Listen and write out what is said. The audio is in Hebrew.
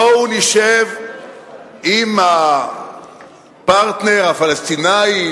בואו נשב עם הפרטנר הפלסטיני,